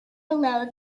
below